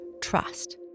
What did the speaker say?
trust